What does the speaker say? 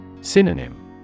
Synonym